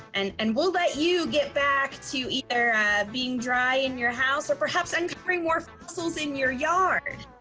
and and we'll let you get back to either being dry in your house or perhaps uncovering more fossils in your yard.